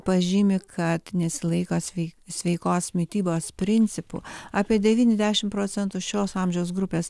pažymi kad nesilaiko sveikos sveikos mitybos principų apie devyniasdešimt procentų šios amžiaus grupės